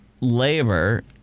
labor